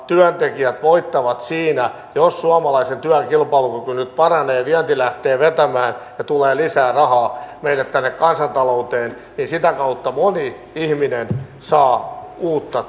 työntekijät voittavat siinä jos suomalaisen työn kilpailukyky nyt paranee vienti lähtee vetämään ja tulee lisää rahaa meille tänne kansantalouteen niin sitä kautta moni ihminen saa uutta